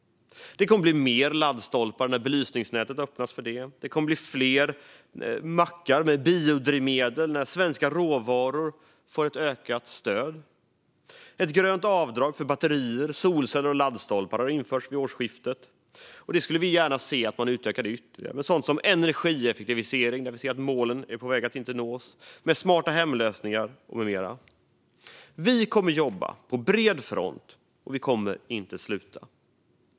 Det kommer att bli mer laddstolpar när belysningsnätet öppnas, och det kommer att bli fler mackar med biodrivmedel när svenska råvaror får ett ökat stöd. Ett grönt avdrag för batterier, solceller och laddstolpar infördes vid årsskiftet. Vi skulle gärna se att det utökades ytterligare, med sådant som energieffektivisering, där vi ser att vi är på väg att inte nå målen, smarta-hem-lösningar med mera. Vi kommer att jobba på bred front, och vi kommer inte att sluta.